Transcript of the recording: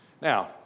Now